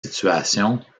situation